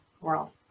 world